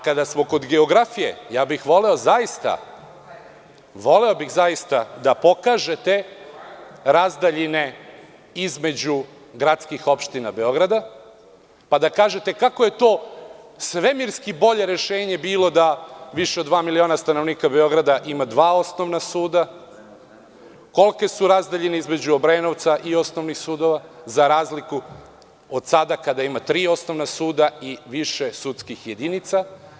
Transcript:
Kada smo kod geografije, ja bih voleo zaista da pokažete razdaljine između gradskih opština Beograda, pa da kažete kako je to svemirski bolje rešenje bilo da više od dva miliona stanovnika Beograda ima dva osnovna suda, kolike su razdaljine između Obrenovca i osnovnih sudova, za razliku od sada kada ima tri osnovna suda i više sudskih jedinica.